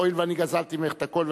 הואיל ואני גזלתי ממך את הכול,